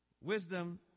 Wisdom